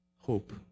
hope